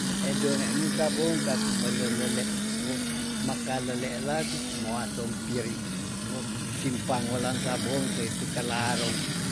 Edone mi sabong kaku melelele woh maka lelela kukumoa sompiring woh simpangolan sabong seitu kala arou.